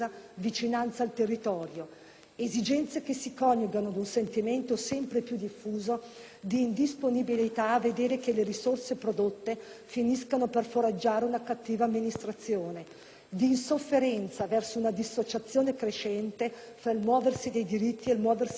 Esigenze che si coniugano ad un sentimento sempre più diffuso di indisponibilità a vedere che le risorse prodotte finiscano per foraggiare una cattiva amministrazione, di insofferenza verso una dissociazione crescente fra il muoversi dei diritti e il muoversi dei doveri e delle responsabilità,